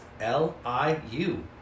L-I-U